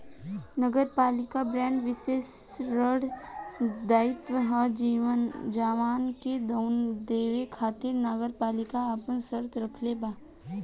नगरपालिका बांड विशेष ऋण दायित्व ह जवना के देवे खातिर नगरपालिका आपन शर्त राखले बा